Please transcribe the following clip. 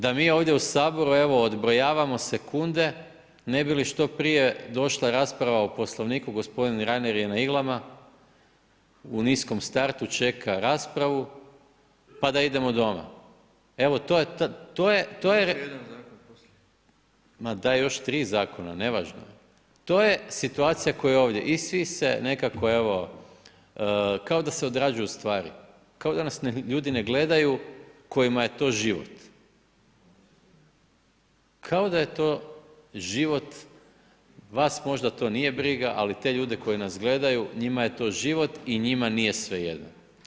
Da mi ovdje u Saboru evo odbrojavamo sekunde ne bi li što prije došla rasprava o Poslovniku, gospodin Reiner je na iglama, u niskom startu čeka raspravu pa da idemo doma [[Upadica: Još je jedan zakon poslije.]] Ma da je još tri zakona, nevažno, to je situacija koja je ovdje i svi se nekako evo kao da se odrađuju stvari, kao da nas ljudi ne gledaju kojima je to život, kao da je to život, vas možda to nije briga ali te ljude koji nas gledaju, njima je to život i njima nije svejedno.